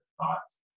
thoughts